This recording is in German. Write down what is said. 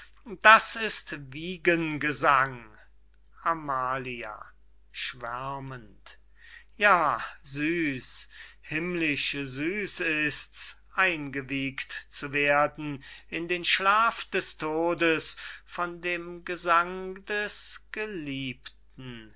das ist wiegengesang amalia schwärmend ja süß himmlisch süß ist's eingewiegt zu werden in den schlaf des todes von dem gesang des geliebten